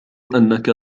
أنك